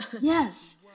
Yes